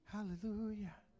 Hallelujah